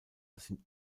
sind